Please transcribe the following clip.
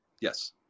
Yes